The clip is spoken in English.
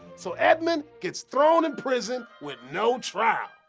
so edmund gets thrown in prison with no trial.